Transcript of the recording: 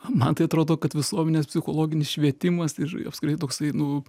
man tai atrodo kad visuomenės psichologinis švietimas ir apskritai toksai nu